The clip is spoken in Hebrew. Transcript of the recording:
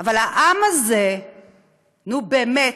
אבל העם הזה, נו, באמת?